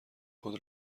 خود